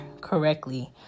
correctly